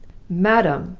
madam!